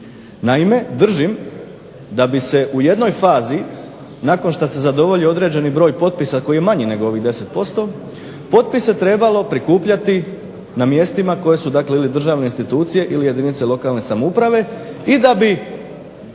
Naime, držim da bi se u jednoj fazi nakon što se zadovolji određeni broj potpisa koji je manji nego ovih 10%, potpise trebalo prikupljati na mjestima koja su dakle ili državne institucije ili jedinice lokalne samouprave i da bi